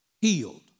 healed